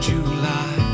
July